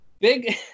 Big